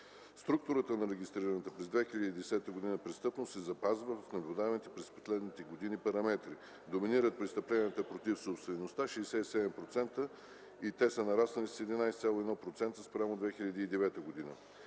Структурата на регистрираната през 2010 г. престъпност се запазва в наблюдаваните през последните години параметри. Доминират престъпленията против собствеността – 67,6% и те са нараснали с 11,1% спрямо 2009 г.